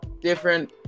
different